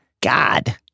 God